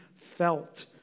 felt